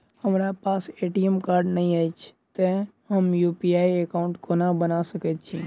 हमरा पास ATM card नहि अछि तए हम यु.पी.आई एकॉउन्ट कोना बना सकैत छी